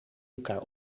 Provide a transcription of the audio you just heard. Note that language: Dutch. elkaar